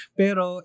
pero